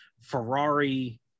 Ferrari